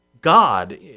God